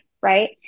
right